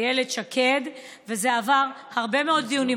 איילת שקד, וזה עבר הרבה מאוד דיונים.